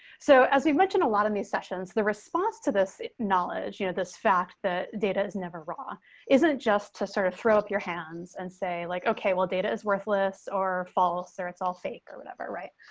so, as we mentioned a lot of these sessions, the response to this knowledge you know this fact that data is never raw isn't just to sort of throw up your hands and say, like, okay, well, data is worthless or false or it's all fake or whatever. right.